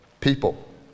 people